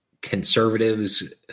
Conservatives